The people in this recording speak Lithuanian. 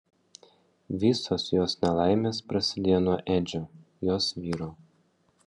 visos jos nelaimės prasidėjo nuo edžio jos vyro